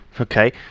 Okay